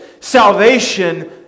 Salvation